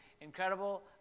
incredible